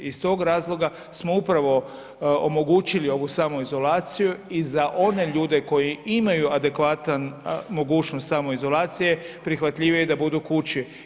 Iz tog razloga smo upravo omogućili ovu samoizolaciju i za one ljude koji imaju adekvatan, mogućnost samoizolacije prihvatljivije je da budu kući.